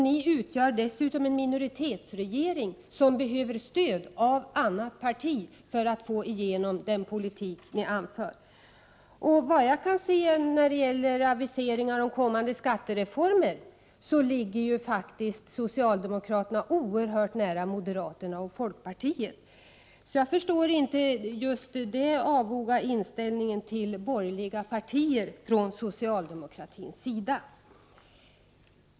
Ni utgör dessutom en minoritetsregering, som behöver stöd av annat parti för att få igenom den politik ni för. När det gäller aviseringar om kommande skattereformer ligger faktiskt socialdemokraterna oerhört nära moderaterna och folkpartiet, vad jag kan se. Jag förstår därför inte socialdemokraternas avoga inställning till borgerliga partier.